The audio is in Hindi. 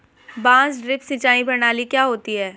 बांस ड्रिप सिंचाई प्रणाली क्या होती है?